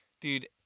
dude